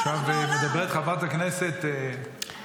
עכשיו מדברת חברת הכנסת מטי צרפתי הרכבי.